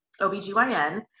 OBGYN